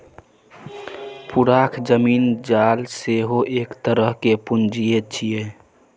पुरखाक जमीन जाल सेहो एक तरहक पूंजीये छै